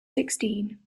sixteen